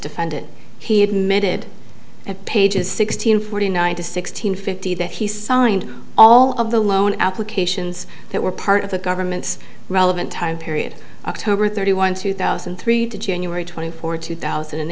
defendant he admitted at pages sixteen forty nine to sixteen fifty that he signed all of the loan applications that were part of the government's relevant time period october thirty one two thousand and three to january twenty fourth two thousand and